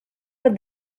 what